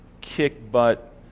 kick-butt